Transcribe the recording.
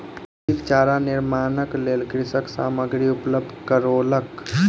अधिक चारा निर्माणक लेल कृषक सामग्री उपलब्ध करौलक